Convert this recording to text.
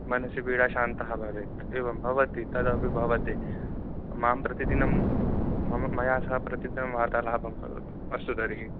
मनसि पीडा शान्तः भवेत् एवं भवति तदपि भवति मां प्रतिदिनं मम मया सह प्रतिदिनं वार्तालापं करोतु अस्तु तर्हि